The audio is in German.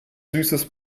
süßes